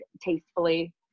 tastefully